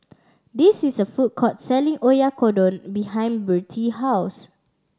this is a food court selling Oyakodon behind Birtie house